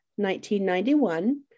1991